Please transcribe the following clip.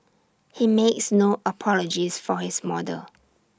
he makes no apologies for his model